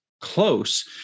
close